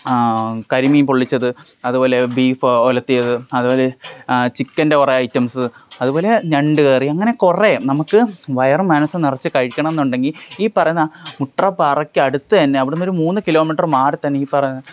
കരിമീൻ പൊള്ളിച്ചത് അതുപോലെ ബീഫ് ഒലത്തിയത് അതുപോലെ ചിക്കൻ്റെ കുറെ ഐറ്റംസ് അതുപോലെ ഞണ്ട് കറി അങ്ങനെ കുറേ നമുക്ക് വയറും മനസ്സ് നിറച്ച് കഴിക്കണമെന്നുണ്ടെങ്കില് ഈ പറയുന്ന മുട്ട്ര പാറയ്ക്കടുത്ത് തന്നെ അവിടുന്നൊരു മൂന്ന് കിലോമീറ്റർ മാറിത്തന്നെ ഈ പറഞ്ഞ